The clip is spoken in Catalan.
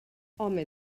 home